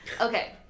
Okay